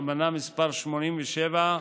אמנה מס' 87,